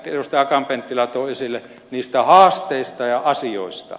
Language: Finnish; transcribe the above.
akaan penttilä toi esille niistä haasteista ja asioista